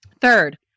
Third